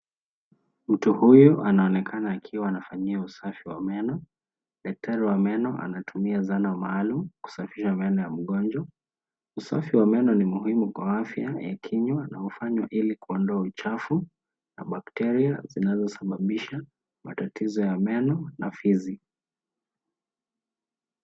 Mtu huyu anaonekana akiwa anafanyiwa usafi wa meno. Daktari wa meno anatumia zana maalum kusafisha meno ya mgonjwa. Usafi wa meno ni muhimu kwa afya ya kinywa na hufanywa ilikuondoa uchafu na bacteria zinazosababisha matatizo ya meno na fizi.